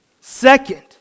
Second